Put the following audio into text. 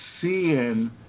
seeing